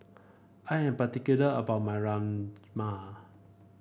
I am particular about my Rajma